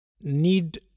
need